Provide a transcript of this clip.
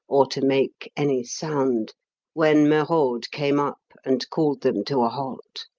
or to make any sound when merode came up and called them to a halt.